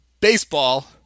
baseball